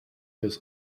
this